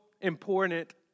important